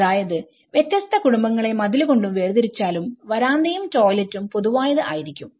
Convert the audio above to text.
അതായത് വ്യത്യസ്ത കുടുംബങ്ങളെ മതിലു കൊണ്ട് വേർതിരിച്ചാലും വരാന്തയും ടോയ്ലറ്റും പൊതുവായത് ആയിരിക്കും